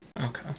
Okay